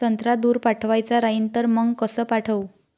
संत्रा दूर पाठवायचा राहिन तर मंग कस पाठवू?